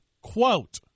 quote